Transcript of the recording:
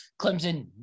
Clemson